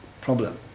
Problem